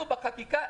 אנחנו בחקיקה,